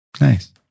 Nice